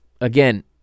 again